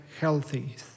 healthy